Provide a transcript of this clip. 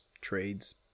trades